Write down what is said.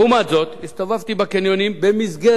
לעומת זאת, הסתובבתי בקניונים במסגרת